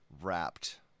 wrapped